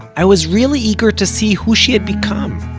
i was really eager to see who she had become.